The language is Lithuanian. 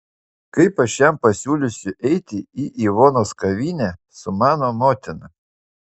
kaip aš jam pasiūlysiu eiti į ivonos kavinę su mano motina